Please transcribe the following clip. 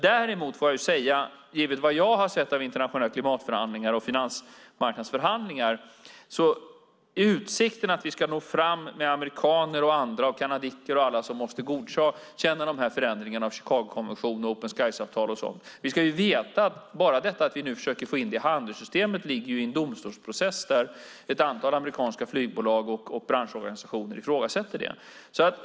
Däremot får jag säga, givet vad jag har sett av internationella klimatförhandlingar och finansmarknadsförhandlingar, att utsikterna är små för att vi ska nå framgång med amerikaner och kanadensare och andra som måste godkänna förändringarna i Chicagokonventionen, open skies-avtal och sådant. Vi ska veta att bara detta att vi nu försöker få in det i handelssystemet ligger i en domstolsprocess, där ett antal amerikanska flygbolag och branschorganisationer ifrågasätter det.